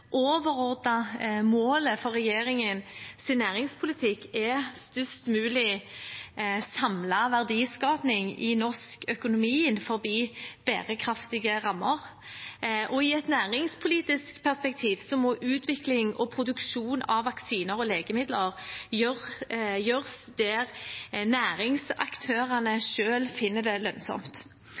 overordnede målet for regjeringens næringspolitikk er størst mulig samlet verdiskaping i norsk økonomi innenfor bærekraftige rammer. I et næringspolitisk perspektiv må utvikling og produksjon av vaksiner og legemidler gjøres der næringsaktørene selv finner det lønnsomt.